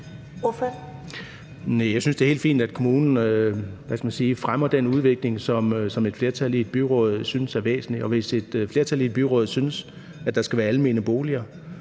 jeg synes, det er helt fint, at kommunen, hvad skal man sige, fremmer den udvikling, som et flertal i et byråd synes er væsentlig. Og hvis et flertal i et byråd synes, at der skal være almene boliger,